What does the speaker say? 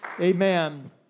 Amen